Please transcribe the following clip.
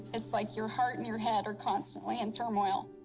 it's like your heart and your head are constantly in turmoil.